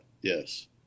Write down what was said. yes